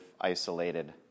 isolated